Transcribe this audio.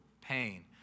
pain